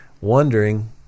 wondering